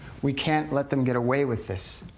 we can't let them get away with this.